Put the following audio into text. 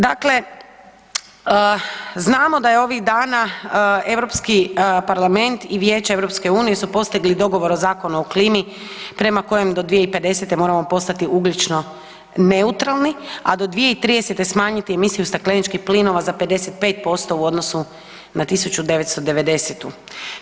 Dakle, znamo da je ovih dana Europski parlament i Vijeće EU su postigli dogovor o Zakonu o klimi prema kojem do 2050. moramo postati ugljično neutralni, a do 2030. smanjiti emisiju stakleničkih plinova za 55% u odnosu na 1990.-tu.